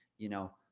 you know,